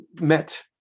met